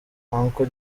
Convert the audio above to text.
uncle